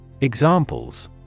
Examples